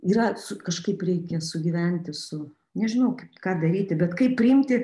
yra su kažkaip reikia sugyventi su nežinau ką daryti bet kaip priimti